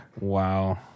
Wow